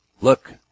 look